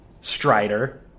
Strider